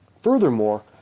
Furthermore